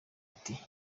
ati